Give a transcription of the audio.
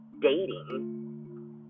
dating